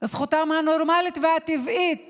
זכותם הנורמלית והטבעית